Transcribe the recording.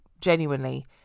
genuinely